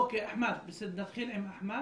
אוקיי, נתחיל עם אחמד